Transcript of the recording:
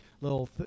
little